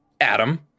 Adam